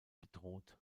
bedroht